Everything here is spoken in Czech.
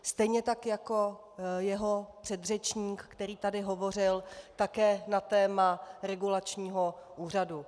Stejně tak jako jeho předřečník, který tady hovořil také na téma regulačního úřadu.